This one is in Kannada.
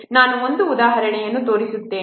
ನಾನು ಒಂದು ಉದಾಹರಣೆಯನ್ನು ತೋರಿಸುತ್ತೇನೆ